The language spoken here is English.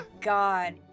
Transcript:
God